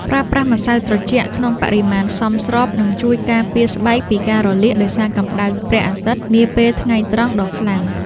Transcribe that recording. ប្រើប្រាស់ម្សៅត្រជាក់ក្នុងបរិមាណសមស្របនឹងជួយការពារស្បែកពីការរលាកដោយសារកម្តៅព្រះអាទិត្យនាពេលថ្ងៃត្រង់ដ៏ខ្លាំង។